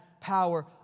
power